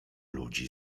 ludzi